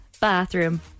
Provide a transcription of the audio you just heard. bathroom